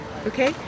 okay